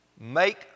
make